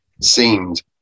seemed